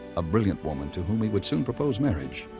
a brilliant woman to whom he would soon propose marriage,